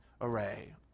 array